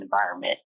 environment